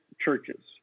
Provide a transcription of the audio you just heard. churches